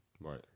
Right